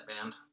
band